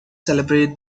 celebrate